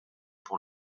pour